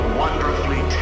wonderfully